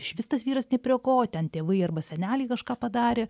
išvis tas vyras nė prie ko ten tėvai arba seneliai kažką padarė